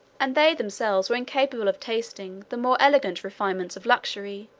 and they themselves were incapable of tasting the more elegant refinements of luxury,